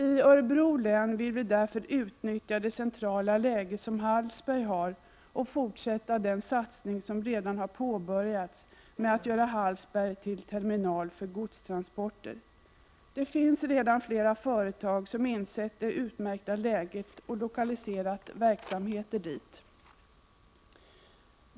I Örebro län vill vi därför utnyttja det centrala läge som Hallsberg har och fortsätta den satsning som redan har påbörjats med att göra Hallsberg till terminal för godstransporter. Det finns redan flera företag som insett det utmärkta läget och lokaliserat verksamheter dit.